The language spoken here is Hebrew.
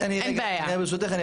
רגע, שנייה, ברשותך.